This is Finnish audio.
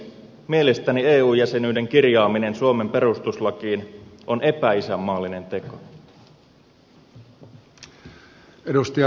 mielestäni eu jäsenyyden kirjaaminen suomen perustuslakiin on epäisänmaallinen teko